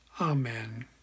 Amen